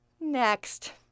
Next